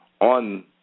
on